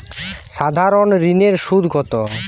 সাধারণ ঋণের সুদ কত?